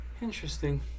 Interesting